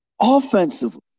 Offensively